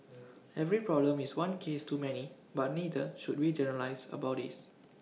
every problem is one case too many but neither should we generalise about these